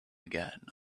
again